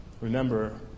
Remember